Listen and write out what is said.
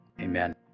amen